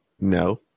No